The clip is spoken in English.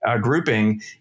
Grouping